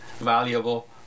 valuable